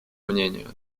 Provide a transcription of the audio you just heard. мнению